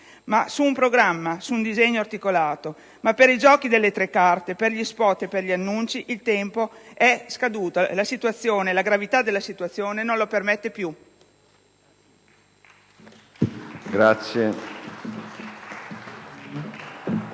ma su un programma, su un disegno articolato. Per i giochi delle tre carte, per gli *spot* e gli annunci il tempo è scaduto: la gravità della situazione non li permette più.